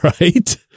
right